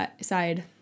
side